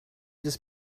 this